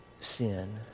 sin